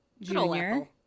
Junior